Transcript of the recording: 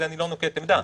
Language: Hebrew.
על זה אני לא נוקט עמדה,